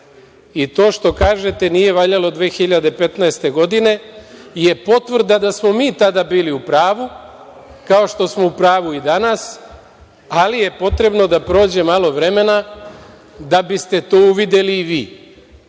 To što kažete da nije valjalo 2015. godine je potvrda da smo mi tada bili u pravu, kao što smo u pravu i danas, ali je potrebno da prođe malo vremena da biste to uvideli i vi. Šta